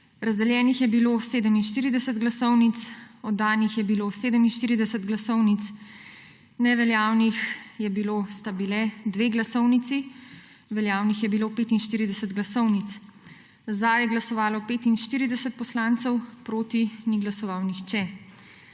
Razdeljenih je bilo 47 glasovnic, oddanih je bilo 47 glasovnic, neveljavni sta bili dve glasovnici, veljavnih je bilo 45 glasovnic. Za je glasovalo 45 poslancev, proti ni glasoval nihče.